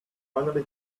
finally